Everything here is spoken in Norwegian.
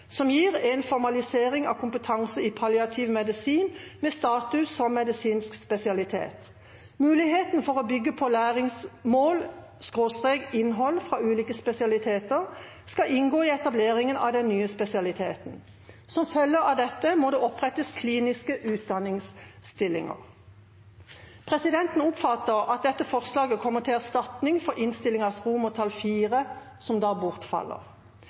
som gir en formalisering av kompetanse i palliativ medisin med status som medisinsk spesialitet. Muligheten for å bygge på læringsmål/innhold fra ulike spesialiteter skal inngå i etableringen av den nye spesialiteten. Som en følge av dette må det opprettes kliniske utdanningsstillinger.» Presidenten oppfatter at dette forslaget kommer til erstatning for innstillingens IV, som bortfaller.